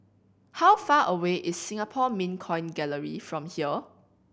how far away is Singapore Mint Coin Gallery from here